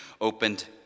opened